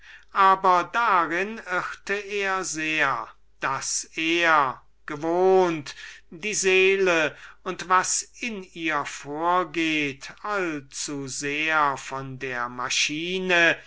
aber darin irrte er sehr daß er aus vorurteilen die einer philosophie eigen sind welche gewohnt ist die seele und was in ihr vorgeht allzusehr von der maschine